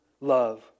love